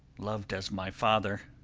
lov'd as my father,